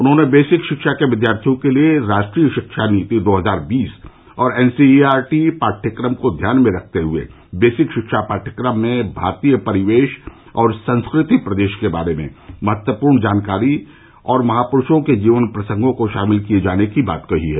उन्हॉने बेसिक शिक्षा के विद्यार्थियों के लिये राष्ट्रीय शिक्षा नीति दो हजार बीस और एनसीईआरटी पाठ्यक्रम को ध्यान में रखते हए वेसिक शिक्षा पाठ्यक्रमों में भारतीय परिवेश और संस्कृति प्रदेश के बारे में महत्वपूर्ण जानकारी और महापुरूषों के जीवन प्रसंगों को शामिल किये जाने की बात कही है